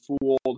fooled